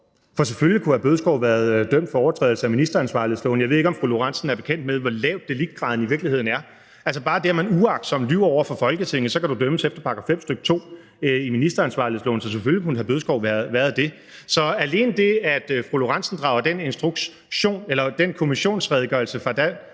For selvfølgelig kunne hr. Morten Bødskov være blevet dømt for overtrædelse af ministeransvarlighedsloven. Jeg ved ikke, om fru Karina Lorentzen Dehnhardt er bekendt med, hvor lav deliktgraden i virkeligheden er. Altså, bare det, at man uagtsomt lyver over for Folketinget, kan man dømmes efter § 5, stk. 2, i ministeransvarlighedsloven, så selvfølgelig kunne hr. Morten Bødskov være blevet det. Så alene det, at fru Karina Lorentzen Dehnhardt drager den kommissionsredegørelse fra